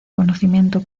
conocimiento